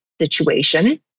situation